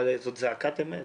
אבל זאת זעקת אמת.